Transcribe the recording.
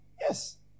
Yes